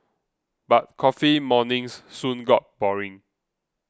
but coffee mornings soon got boring